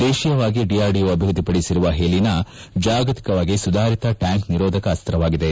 ದೇಶೀಯವಾಗಿ ಡಿಆರ್ಡಿಓ ಅಭಿವ್ಯಧಿಪಡಿಸಿರುವ ಹೆಲಿನಾ ಜಾಗತಿಕವಾಗಿ ಸುಧಾರಿತ ಟ್ನಾಂಕ್ ನಿರೋಧಕ ಅಸ್ಸವಾಗಿದೆ